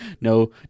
No